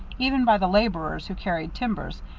even by the laborers who carried timbers,